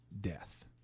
death